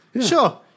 Sure